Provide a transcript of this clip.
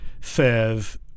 Says